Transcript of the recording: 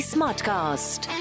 Smartcast